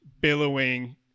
billowing